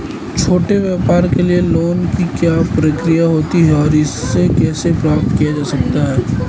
छोटे व्यापार के लिए लोंन की क्या प्रक्रिया होती है और इसे कैसे प्राप्त किया जाता है?